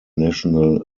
national